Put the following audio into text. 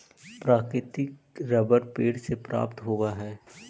प्राकृतिक रबर पेड़ से प्राप्त होवऽ हइ